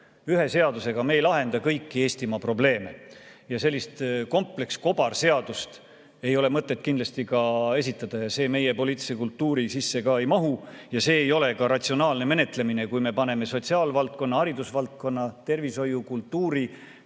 ühe seadusega me ei lahenda kõiki Eestimaa probleeme. Ja sellist komplekskobarseadust ei ole mõtet kindlasti esitada ja see meie poliitilise kultuuri sisse ei mahu. See ei ole ratsionaalne menetlemine, kui me paneme sotsiaalvaldkonna, haridusvaldkonna, tervishoiu, kultuuri,